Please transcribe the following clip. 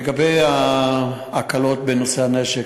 לגבי ההקלות בנושא הנשק,